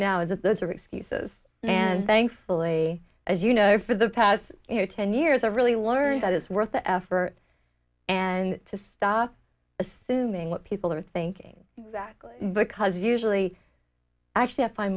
now is that those are excuses and thankfully as you know for the past ten years i've really learned that it's worth the effort and to stop assuming what people are thinking that because usually actually i